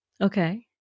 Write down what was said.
Okay